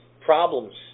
problems